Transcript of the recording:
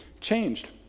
changed